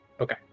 okay